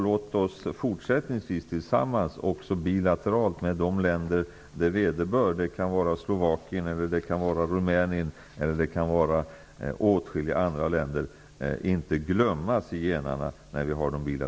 Låt oss fortsättningsvis tillsammans och i de bilaterala kontakterna med de länder som det vederbör -- det kan vara Slovakien, Rumänien och åtskilliga andra länder inte glömma zigenarna.